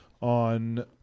on